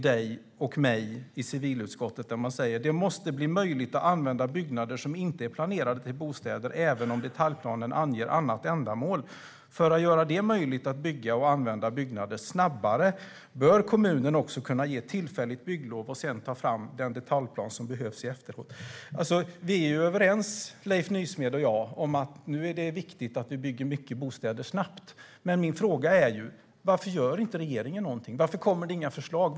De säger: "Det måste bli möjligt att använda byggnader som inte är planerade till bostäder även om detaljplanen anger annat ändamål. För att göra det möjligt att bygga och använda byggnader snabbare bör kommunen också kunna ge tillfälligt bygglov och sen ta fram den detaljplan som behövs i efterhand." Vi är överens, Leif Nysmed och jag, om att det är viktigt att vi nu bygger många bostäder snabbt. Men mina frågor är: Varför gör inte regeringen någonting? Varför kommer det inga förslag?